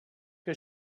que